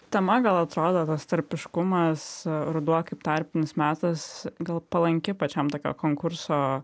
tema gal atrodo tas tarpiškumas ruduo kaip tarpinis metas gal palanki pačiam tokio konkurso